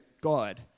God